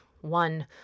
One